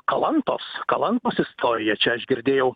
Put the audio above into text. kalantos kalantos istorija čia aš girdėjau